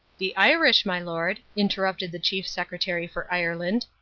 the irish, my lord, interrupted the chief secretary for ireland,